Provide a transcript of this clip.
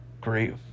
great